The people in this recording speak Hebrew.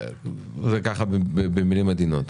במילים עדינות.